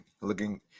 looking